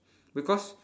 because